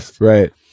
Right